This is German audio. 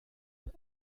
aber